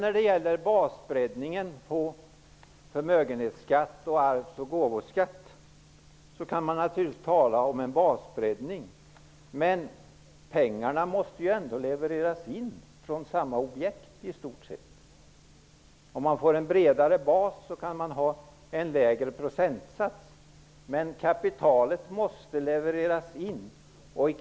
När det gäller förmögenhetsskatten samt arvs och gåvoskatten kan man naturligtvis tala om en basbreddning. Men pengarna måste ju ändå levereras in från samma objekt i stort sett. Om man får en bredare bas, kan man ha en lägre procentsats, men kapitalet måste levereras in.